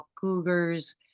cougars